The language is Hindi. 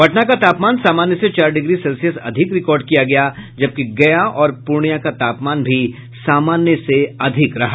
पटना का तापमान सामान्य से चार डिग्री सेल्सियस अधिक रिकॉर्ड किया गया जबकि गया और पूर्णिया का तापमान भी सामान्य से अधिक रहा